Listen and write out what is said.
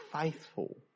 faithful